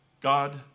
God